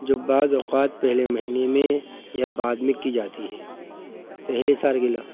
جو بعض اوقات پہلے مہینے میں یا بعاد میں کی جاتی ہے پہلے سالگرہ